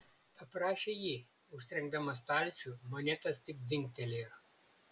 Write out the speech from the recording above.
paprašė ji užtrenkdama stalčių monetos tik dzingtelėjo